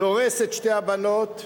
דורס את שתי הבנות.